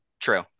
True